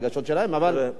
אבל אני לא,